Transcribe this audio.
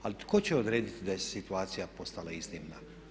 Ali tko će odrediti da je situacija postala iznimna?